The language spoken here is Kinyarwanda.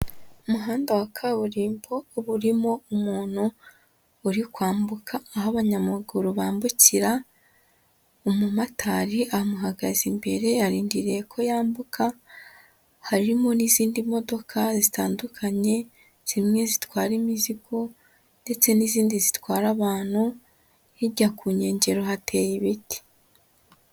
Umuhanda wa kaburimbo uba urimo umuntu uri kwambuka aho abanyamaguru bambukira, umumotari amuhagaze imbere arindiriye ko yambuka, harimo n'izindi modoka zitandukanye, zimwe zitwara imizigo ndetse n'izindi zitwara abantu, hirya ku nkengero hateye ibiti.